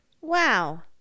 Wow